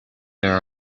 there